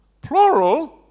plural